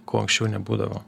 ko anksčiau nebūdavo